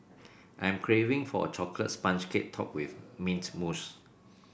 I am craving for a chocolate sponge cake topped with mint mousse